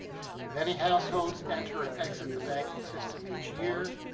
many households enter and exit the banking system each year.